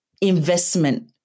investment